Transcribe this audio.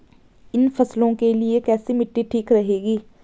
इन फसलों के लिए कैसी मिट्टी ठीक रहेगी?